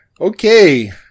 Okay